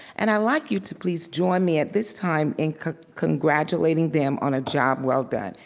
and i'd like you to please join me at this time in congratulating them on a job well done.